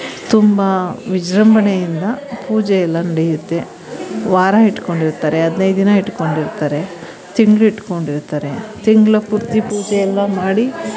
ತುಂಬ ವಿಜೃಂಭಣೆಯಿಂದ ಪೂಜೆಯೆಲ್ಲ ನಡೆಯುತ್ತೆ ವಾರ ಹಿಡ್ಕೊಂಡಿರ್ತಾರೆ ಹದ್ನೈದು ದಿನ ಇಡ್ಕೊಂಡಿರ್ತಾರೆ ತಿಂಗ್ಳು ಇಟ್ಕೊಂಡಿರ್ತಾರೆ ತಿಂಗ್ಳು ಪೂರ್ತಿ ಪೂಜೆಯೆಲ್ಲ ಮಾಡಿ